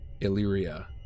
Illyria